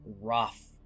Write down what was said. rough